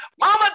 mama